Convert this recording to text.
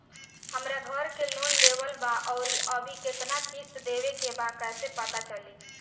हमरा घर के लोन लेवल बा आउर अभी केतना किश्त देवे के बा कैसे पता चली?